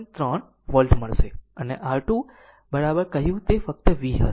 3 volt મળશે અને R2 કહ્યું તે ફક્ત v હશે